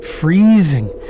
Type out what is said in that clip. Freezing